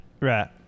Right